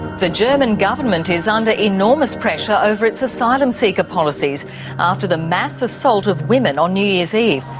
the german government is under enormous pressure over its asylum seeker policies after the mass assault of women on new year's eve.